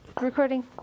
recording